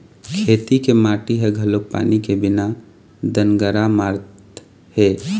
खेत के माटी ह घलोक पानी के बिना दनगरा मारत हे